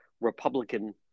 republican